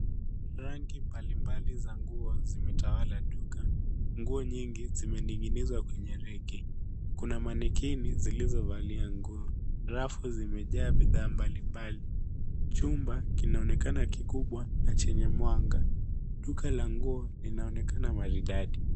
Rangi mbalimbali za nguo zimetawala duka. Nguo nyingi zimening'inizwa kwenye reki. Kuna manekini zilizovalia nguo. Rafu zimejaa bidhaa mbalimbali. Chumba kinaonekana kikubwa na chenye mwanga. Duka la nguo linaonekana maridadi.